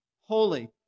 holy